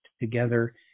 together